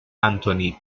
antoni